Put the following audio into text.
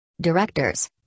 Directors